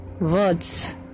words